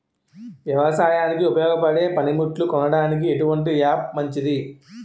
వ్యవసాయానికి ఉపయోగపడే పనిముట్లు కొనడానికి ఎటువంటి యాప్ మంచిది?